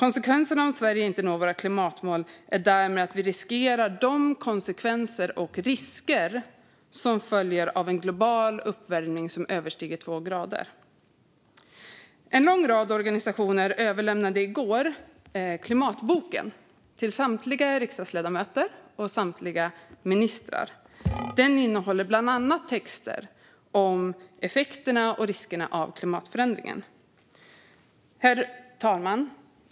Om vi i Sverige inte når våra klimatmål riskerar vi de konsekvenser och risker som följer av en global uppvärmning som överstiger två grader. En lång rad organisationer överlämnade i går Klimatboken till samtliga riksdagsledamöter och samtliga ministrar. Den innehåller bland annat texter om effekterna och riskerna av klimatförändringen. Herr talman!